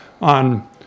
on